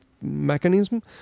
mechanism